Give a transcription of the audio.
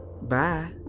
bye